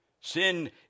Sin